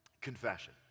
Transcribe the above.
Confession